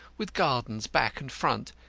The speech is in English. with gardens back and front,